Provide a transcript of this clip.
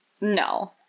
No